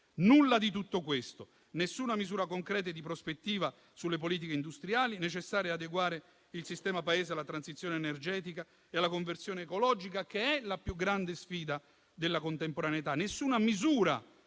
Nulla di tutto questo: nessuna misura concreta e di prospettiva sulle politiche industriali necessarie ad adeguare il sistema Paese alla transizione energetica e alla conversione ecologica, che è la più grande sfida della contemporaneità.